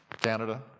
Canada